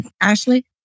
Ashley